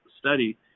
study